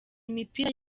imipira